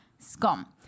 Scum